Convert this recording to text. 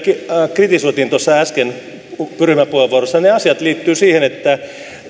kritisoimme äsken ryhmäpuheenvuorossa liittyvät siihen että